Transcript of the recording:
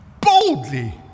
boldly